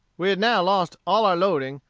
we had now lost all our loading,